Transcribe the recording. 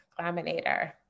Laminator